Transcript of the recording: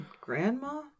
grandma